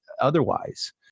otherwise